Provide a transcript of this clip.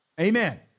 Amen